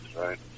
right